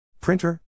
Printer